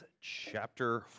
Chapter